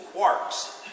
quarks